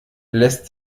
lässt